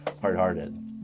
hard-hearted